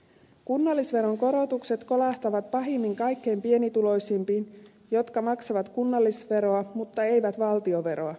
kunnallisveron korotukset kolahtavat pahimmin kaikkein pienituloisimpiin jotka maksavat kunnallisveroa mutta eivät valtionveroa